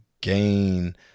gain